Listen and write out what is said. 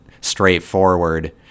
straightforward